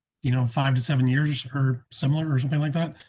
you know, five to seven years or similar, or something like that,